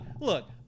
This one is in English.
look